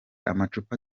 amacupa